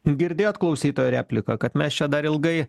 girdėjot klausytojo repliką kad mes čia dar ilgai